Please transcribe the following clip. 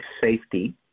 safety